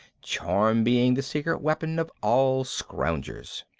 charm being the secret weapon of all scroungers.